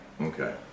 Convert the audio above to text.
Okay